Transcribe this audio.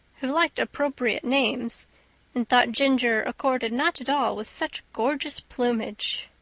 who liked appropriate names and thought ginger accorded not at all with such gorgeous plumage.